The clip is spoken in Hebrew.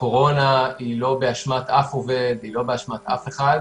הקורונה היא לא באשמת אף עובד והיא לא באשמת אף אחד.